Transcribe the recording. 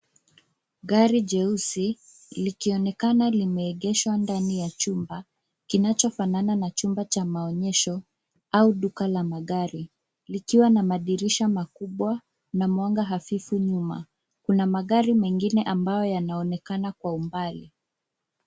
Gari jeusi likionekana limeegeshwa ndani ya chumba, kinachofanana na chumba cha maonyesho au duka la magari, likiwa na madirisha makubwa na mwanga hafifu nyuma. Kuna magari menginea ambayo yanaonekana kwa umbali.